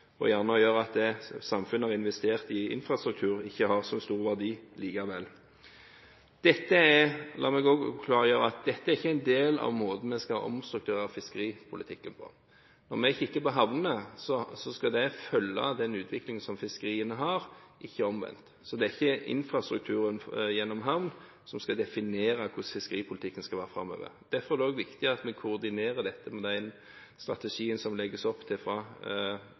det samfunnet har investert i infrastruktur, ikke har så stor verdi likevel. La meg også klargjøre at dette ikke er en del av måten vi skal omstrukturere fiskeripolitikken på. Når vi kikker på havnene, skal det følge den utviklingen som fiskeriene har, ikke omvendt. Det er ikke infrastrukturen gjennom havn som skal definere hvordan fiskeripolitikken skal være framover. Derfor er det også viktig at vi koordinerer dette med den strategien som det legges opp til fra